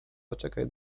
zaczekaj